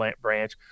branch